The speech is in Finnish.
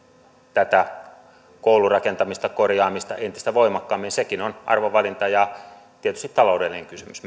tätä koulurakentamista ja korjaamista entistä voimakkaammin sekin on arvovalinta ja tietysti myös taloudellinen kysymys